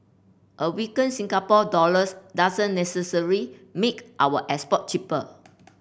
a weaker Singapore dollars doesn't necessarily make our export cheaper